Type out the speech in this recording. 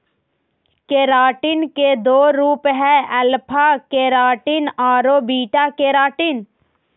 keratin के दो रूप हइ, अल्फा केराटिन आरो बीटा केराटिन